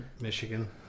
michigan